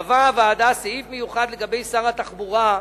קבעה הוועדה סעיף מיוחד לגבי שר התחבורה,